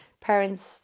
parents